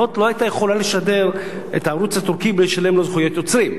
"הוט" לא היתה יכולה לשדר את הערוץ הטורקי בלי לשלם לו זכויות יוצרים.